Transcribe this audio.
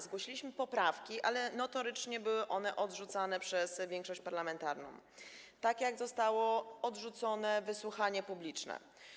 Zgłosiliśmy poprawki, ale były one notorycznie odrzucane przez większość parlamentarną, tak jak zostało odrzucone wysłuchanie publiczne.